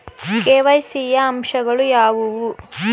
KYC ಯ ಅಂಶಗಳು ಯಾವುವು?